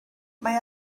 mae